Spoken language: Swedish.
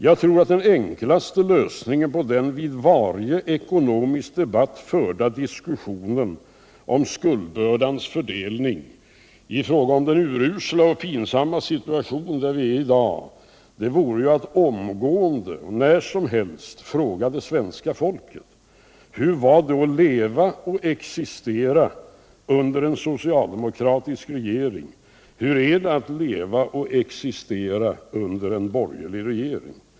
Jag tror att den enklaste lösningen på den i varje ekonomisk debatt förda diskussionen om fördelningen av skuldbördan för den urusla och pinsamma situation där vi är i dag vore att omgående och när som helst fråga det svenska folket: Hur var det att leva och existera under en socialdemokratisk regering? Hur är det att leva och existera under en borgerlig regering?